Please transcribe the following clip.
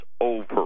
over